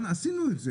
עשינו את זה